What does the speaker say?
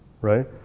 right